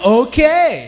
okay